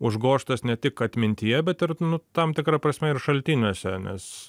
užgožtas ne tik atmintyje bet ir nu tam tikra prasme ir šaltiniuose nes